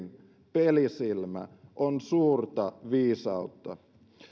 pelisilmä on suurta viisautta puhemies